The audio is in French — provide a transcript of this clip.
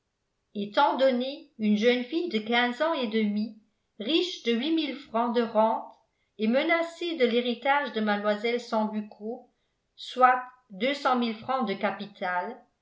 étant donnée une jeune fille de quinze ans et demi riche de huit mille francs de rentes et menacée de l'héritage de mlle sambucco soit deux cent mille francs de capital